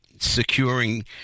securing